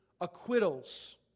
acquittals